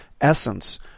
essence